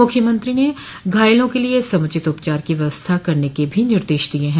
मुख्यमंत्री ने घायलों के लिये समुचित उपचार की व्यवस्था करने के भी निर्देश दिये हैं